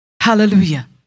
Hallelujah